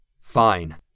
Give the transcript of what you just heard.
fine